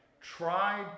try